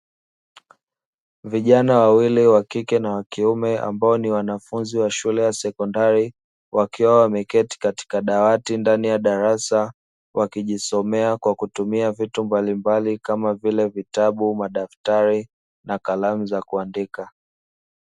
Vijana wawili w kike na wa kiume ambao ni wanafunzi wa shule ya sekondari, wakiwa wameketi katika dawati ndani ya darasa, wakijisomea kwa kutumia vitu mbalimbali kama vile; vitabu, madaftari na kalamu za kuandika.